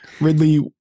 Ridley